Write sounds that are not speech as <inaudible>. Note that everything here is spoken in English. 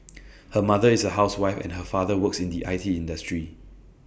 <noise> her mother is A housewife and her father works in the I T industry